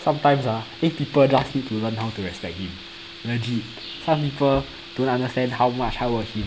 sometimes ah if people just need to learn how to respect him legit some people don't understand how much hard work he